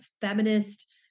feminist